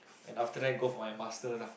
and after that go for my masters ah